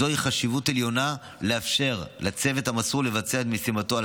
זוהי חשיבות עליונה לאפשר לצוות המסור לבצע את משימתו על